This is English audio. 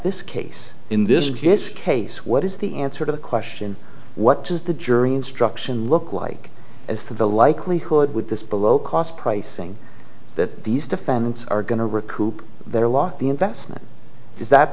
this case in this case case what is the answer to the question what does the jury instruction look like as to the likelihood with this below cost pricing that these defendants are going to recoup their law the investment is that